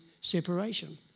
separation